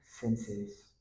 senses